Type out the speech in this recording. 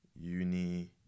uni